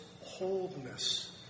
wholeness